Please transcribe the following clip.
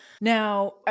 Now